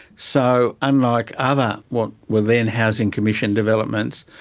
so unlike other what were then housing commission developments,